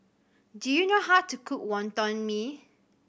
do you know how to cook Wonton Mee